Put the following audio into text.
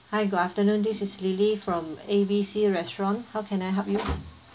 hi good afternoon this is lily from A B C restaurant how can I help you